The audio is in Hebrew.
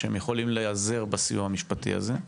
שהם יכולים להיעזר בסיוע המשפטי הזה?